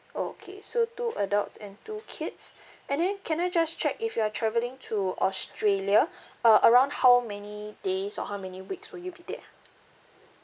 okay so two adults and two kids and then can I just check if you are travelling to australia uh around how many days or how many weeks will you be there ah